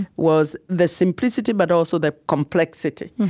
was the simplicity but also the complexity.